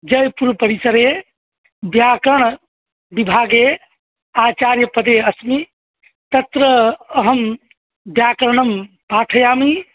जयपुरपरिसरे व्याकरणविभागे आचार्य पदेऽस्मि तत्र अहं व्याकरणं पाठयामि